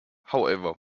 however